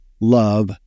love